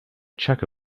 chukka